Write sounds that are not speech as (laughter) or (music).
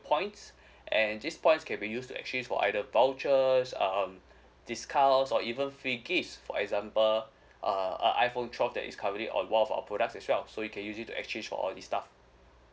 points (breath) and these points can be used to actually for either vouchers um discounts or even free gifts for example uh iphone twelve that is currently our products as well so you can use it to exchange for all this stuff